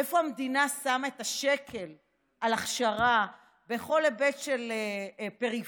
איפה המדינה שמה את השקל על הכשרה בכל היבט של פריפריה,